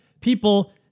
people